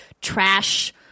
trash